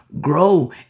grow